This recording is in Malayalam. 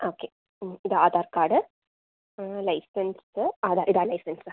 ഓക്കെ ഇതാ ആധാർ കാർഡ് ലൈസൻസ് അതാ ഇതാ ലൈസൻസ്